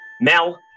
Mel